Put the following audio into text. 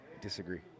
Disagree